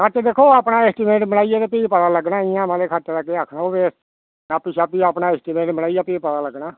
बाकी दिक्खो अपना एस्टिमेट बनाइयै ते फ्ही पता लग्गना इयां मतलब खर्चे दा केह् आखना ओह् फिर नापी छापियै अपना एस्टिमेट बनाइयै फ्ही पता लग्गना